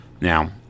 Now